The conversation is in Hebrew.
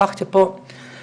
הפכתי פה למומחית,